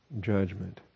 judgment